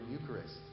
Eucharist